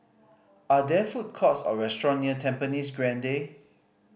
are there food courts or restaurant near Tampines Grande